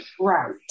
Right